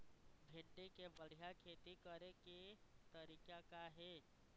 भिंडी के बढ़िया खेती करे के तरीका का हे?